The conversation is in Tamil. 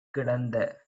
கிடந்த